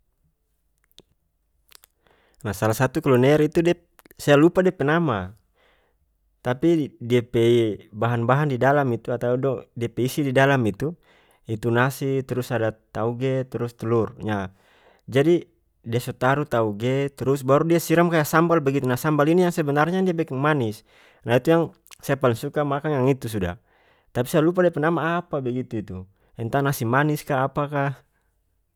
Nah salah satu kuliner itu diap saya lupa dia pe nama tapi dia pe bahan-bahan di dalam itu atau do- dia pe isi di dalam itu- itu nasi trus ada tauge trus tlur nyah jadi dia so taru tauge trus baru dia siram kaya sambal begitu nah sambal ini yang sebenarnya dia bekeng manis nah itu yang saya paling suka makang yang itu suda tapi saya lupa dia pe nama apa begitu itu entah nasi manis ka apa kah.